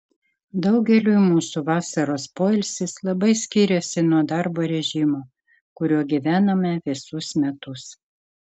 daugeliui mūsų vasaros poilsis labai skiriasi nuo darbo režimo kuriuo gyvename visus metus